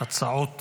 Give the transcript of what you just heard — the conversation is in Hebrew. הצעות